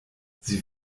sie